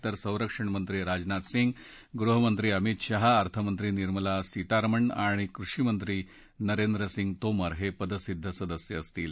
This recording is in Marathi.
तर संरक्षणमंत्री राजनाथ सिंग गृहमंत्री अभित शहा अर्थमंत्री निर्मला सीतारमण आणि कृषीमंत्री नरेंद्र सिंग तोमर हे पदसिद्ध सदस्यअसतील